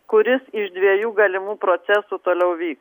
kuris iš dviejų galimų procesų toliau vyk